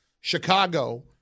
Chicago